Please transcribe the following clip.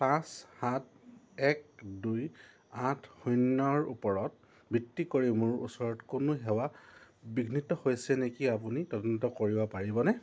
পাঁচ সাত এক দুই আঠ শূন্যৰ ওপৰত ভিত্তি কৰি মোৰ ওচৰত কোনো সেৱা বিঘ্নিত হৈছে নেকি আপুনি তদন্ত কৰিব পাৰিবনে